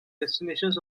destinations